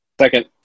Second